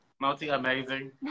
Multi-amazing